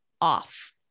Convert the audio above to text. off